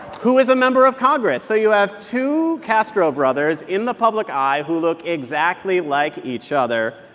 who is a member of congress. so you have two castro brothers in the public eye who look exactly like each other.